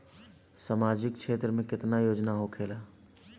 सामाजिक क्षेत्र में केतना योजना होखेला?